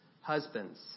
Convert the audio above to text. Husbands